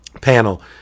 panel